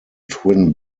twin